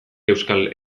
euskal